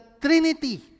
Trinity